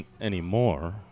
anymore